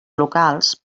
locals